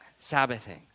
Sabbathing